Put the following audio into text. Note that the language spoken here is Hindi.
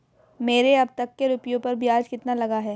मेरे अब तक के रुपयों पर ब्याज कितना लगा है?